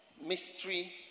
mystery